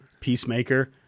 Peacemaker